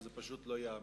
שזה פשוט לא ייאמן.